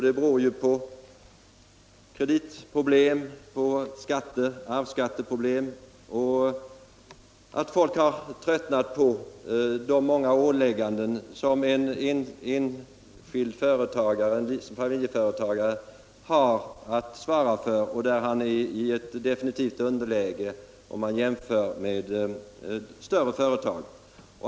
Det beror på kreditproblem och arvsskatteproblem, det beror på att folk har tröttnat på de många ålägganden som en familjeföretagare har att svara för; där är han i ett absolut underläge om man jämför med större företag.